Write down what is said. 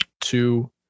two